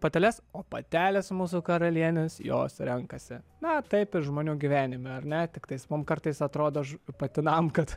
pateles o patelės mūsų karalienės jos renkasi na taip ir žmonių gyvenime ar ne tiktais mums kartais atrodo patinam kad